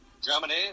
Germany